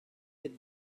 êtes